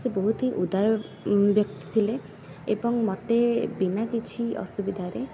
ସିଏ ବହୁତହି ଉଦାର ଉଁ ବ୍ୟକ୍ତି ଥିଲେ ଏବଂ ମୋତେ ବିନା କିଛି ଅସୁବିଧାରେ